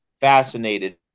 fascinated